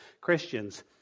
Christians